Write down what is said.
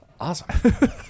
Awesome